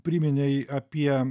priminei apie